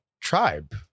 tribe